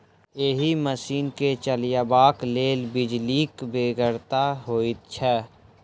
एहि मशीन के चलयबाक लेल बिजलीक बेगरता होइत छै